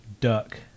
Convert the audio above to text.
duck